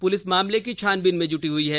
police मामले की छानबीन में जुटी है